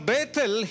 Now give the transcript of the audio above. Bethel